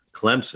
clemson